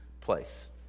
place